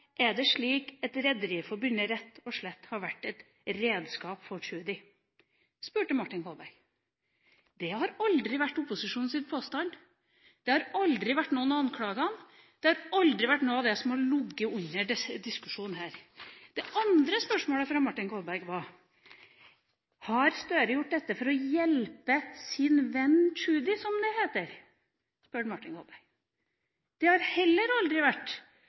«Var det slik at Rederiforbundet rett og slett var et redskap for Tschudi?» Dette spurte Martin Kolberg om. Det har aldri vært opposisjonens påstand. Det har aldri vært noen av anklagene. Det har aldri vært noe av det som har ligget under denne diskusjonen. Det andre spørsmålet fra Martin Kolberg var: Har Gahr Støre gjort dette for å «hjelpe «sin venn Tschudi», som det heter?» Det har heller aldri vært